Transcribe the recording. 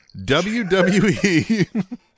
WWE